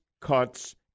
cuts